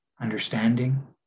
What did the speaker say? understanding